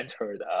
entered